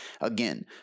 again